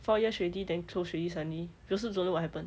four years already then close already suddenly we also don't know what happen